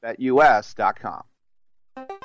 betus.com